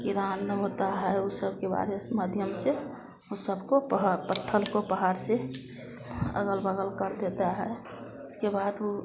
किरान होता है ऊ सबके बारे से माध्यम से ऊ सबको पत्थर को पहाड़ से अगल बगल कर देता है इसके बाद ऊ